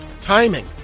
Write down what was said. Timing